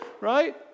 right